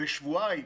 בשבועיים